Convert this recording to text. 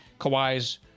Kawhi's